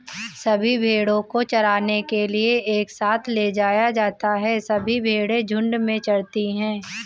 सभी भेड़ों को चराने के लिए एक साथ ले जाया जाता है सभी भेड़ें झुंड में चरती है